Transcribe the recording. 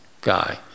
guy